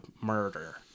murder